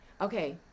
okay